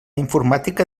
informàtica